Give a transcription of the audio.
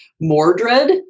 Mordred